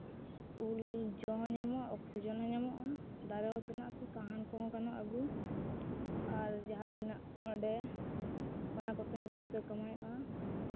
ᱩᱞ ᱡᱚᱢ ᱦᱚᱸ ᱧᱟᱢᱚᱜᱼᱟ ᱚᱠᱥᱤᱡᱮᱱ ᱦᱚᱸ ᱧᱟᱢᱚᱜᱼᱟ ᱫᱟᱨᱮ ᱦᱚᱸ ᱥᱮᱲᱟᱜᱼᱟ ᱥᱮ ᱥᱟᱦᱟᱱ ᱠᱚᱦᱚᱸ ᱟᱹᱜᱩ ᱟᱨ ᱡᱟᱦᱟᱸ ᱛᱤᱱᱟᱹᱜ ᱚᱸᱰᱮ ᱚᱱᱟ ᱠᱚᱛᱮᱦᱚᱸ ᱯᱩᱭᱥᱟᱹ ᱠᱟᱢᱟᱣᱚᱜᱼᱟ